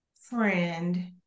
friend